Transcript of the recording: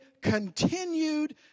continued